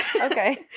Okay